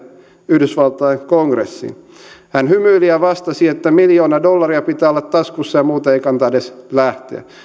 yhdysvaltain kongressiin hän hymyili ja vastasi että miljoona dollaria pitää olla taskussa muuten ei kannata edes lähteä